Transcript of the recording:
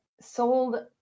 sold